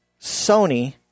Sony